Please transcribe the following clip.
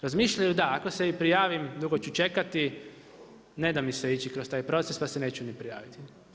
Razmišljaju da ako se i prijavim dugo ću čekati, ne da mi se ići kroz taj proces pa se neću ni prijaviti.